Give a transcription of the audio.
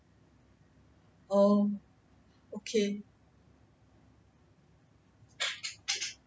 oh okay